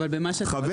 חבר,